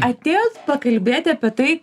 atėjot pakalbėti apie tai